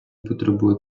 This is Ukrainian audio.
потребує